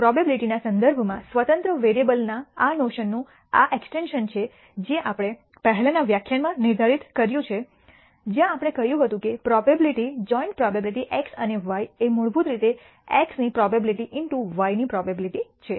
પ્રોબેબીલીટીના સંદર્ભમાં સ્વતંત્ર વેરીએબ્લસની આ નોશનનું આ એક્સટેન્શન છે જે આપણે પહેલાના વ્યાખ્યાનમાં નિર્ધારિત કર્યું છે જ્યાં આપણે કહ્યું હતું કે પ્રોબેબીલીટી જોઈન્ટ પ્રોબેબીલીટી x અને y એ મૂળભૂત રીતે x ની પ્રોબેબીલીટી ઈનટૂ y ની પ્રોબેબીલીટી છે